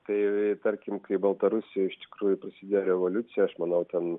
tai tarkim kaip baltarusijoj iš tikrųjų prasidėjo revoliucija aš manau ten